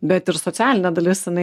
bet ir socialinė dalis jinai